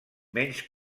menys